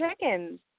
chickens